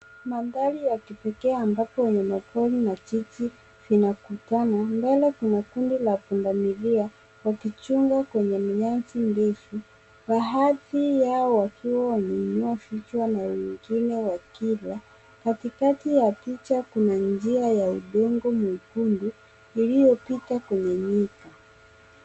Mandhari ya kipekee ambapo wanyamapori na jiji vinakutana. Mbele kuna kundi ya pundamilia wakichunga kwenye nyasi ndefu. Baadhi yao wakiwa wameinua vichwa na wengine wakila. Katikati ya picha kuna njia ya udongo mwekundu liliyopita kwenye Nyika.